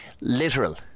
literal